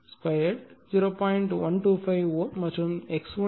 25 2 0